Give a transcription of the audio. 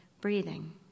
breathing